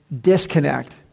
disconnect